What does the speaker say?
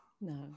No